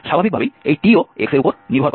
স্বাভাবিকভাবেই এই t ও x এর উপর নির্ভর করে